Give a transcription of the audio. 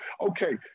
Okay